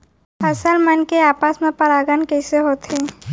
फसल मन के आपस मा परागण कइसे होथे?